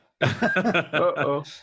Uh-oh